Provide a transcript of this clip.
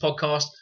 podcast